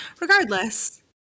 regardless